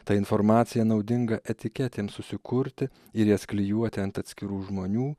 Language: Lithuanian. ta informacija naudinga etiketėms susikurti ir jas klijuoti ant atskirų žmonių